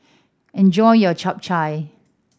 enjoy your Chap Chai